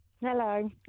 Hello